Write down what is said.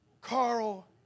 Carl